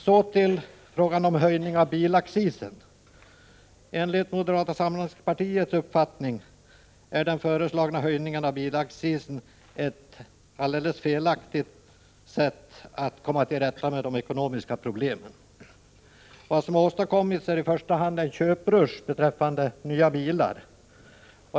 Så till frågan om höjning av bilaccisen. Enligt moderata samlingspartiets uppfattning är den föreslagna höjningen av bilaccisen ett helt felaktigt sätt att komma till rätta med de ekonomiska problemen. Vad som har åstadkommits är i första hand en köprusch beträffande nya bilar.